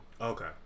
Okay